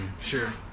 Sure